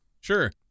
Sure